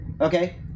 Okay